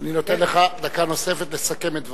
אני נותן לך דקה נוספת לסכם את דבריך,